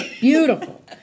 Beautiful